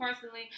personally